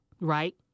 right